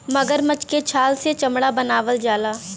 मगरमच्छ के छाल से चमड़ा बनावल जाला